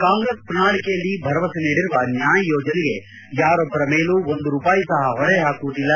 ಕಾಂಗ್ರೆಸ್ ಪ್ರಣಾಳಿಕೆಯಲ್ಲಿ ಭರವಸೆ ನೀಡಿರುವ ನ್ವಾಯ್ ಯೋಜನೆಗೆ ಯಾರೊಬ್ಬರ ಮೇಲೂ ಒಂದು ರೂಪಾಯಿ ಸಹ ಹೊರೆ ಹಾಕುವುದಿಲ್ಲ